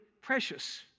precious